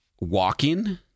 Walking